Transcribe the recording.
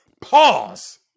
Pause